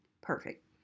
Perfect